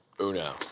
uno